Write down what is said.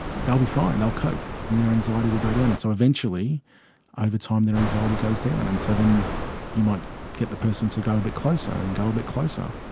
they'll be fine, they'll cope and their anxiety will go down. and so eventually over time their anxiety goes down. and so then you might get the person to go a bit closer and go a bit closer.